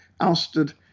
ousted